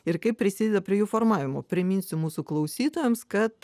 ir kaip prisideda prie jų formavimo priminsiu mūsų klausytojams kad